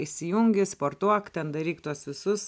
įsijungi sportuok ten daryk tuos visus